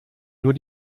nur